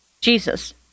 Jesus